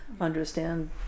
understand